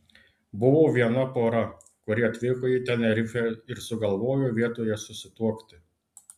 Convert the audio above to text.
buvo viena pora kuri atvyko į tenerifę ir sugalvojo vietoje susituokti